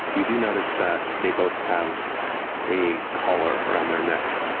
you do notice that they both have a collar around their neck,